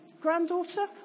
granddaughter